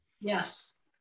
yes